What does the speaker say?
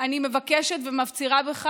אני מבקשת ומפצירה בך: